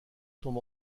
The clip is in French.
tombe